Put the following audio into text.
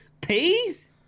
Peas